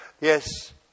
Yes